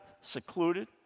secluded